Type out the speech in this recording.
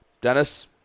Dennis